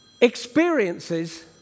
experiences